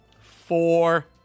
Four